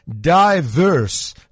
diverse